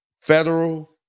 federal